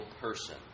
person